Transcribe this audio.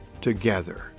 together